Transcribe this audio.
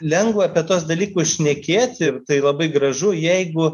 lengva apie tuos dalykus šnekėti tai labai gražu jeigu